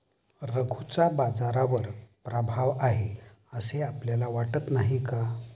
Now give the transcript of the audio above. रघूचा बाजारावर प्रभाव आहे असं आपल्याला वाटत नाही का?